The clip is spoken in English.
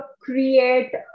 create